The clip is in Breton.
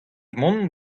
mont